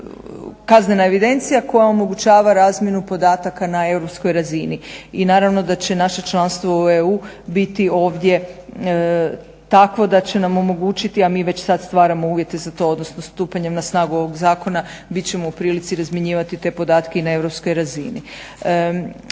kaznena evidencija koja omogućava razmjenu podataka na europskoj razini i naravno da će naše članstvo u EU biti ovdje takvo da će nam omogućiti, a mi već sad stvaramo uvjete za to, odnosno stupanjem na snagu ovog zakona bit ćemo u prilici razmjenjivati te podatke i na europskoj razini.